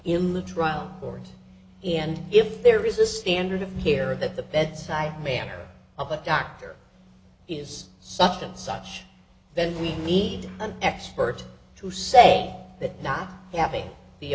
in the trial court and if there is a standard here that the bedside manner of the doctor is such and such then we need an expert to say that not having the